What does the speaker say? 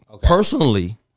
personally